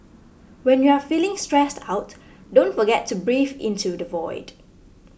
when you are feeling stressed out don't forget to breathe into the void